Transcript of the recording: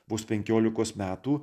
vos penkiolikos metų